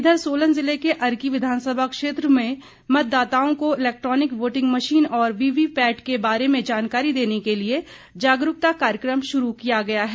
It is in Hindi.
इधर सोलन ज़िले के अर्की विधानसभा क्षेत्र में मतदाताओं को इलैक्ट्रॉनिक वोटिंग मशीन और वीवीपैट के बारे में जानकारी देने के लिए जागरूकता कार्यकम शुरू किया गया है